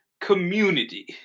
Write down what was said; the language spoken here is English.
community